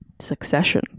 Succession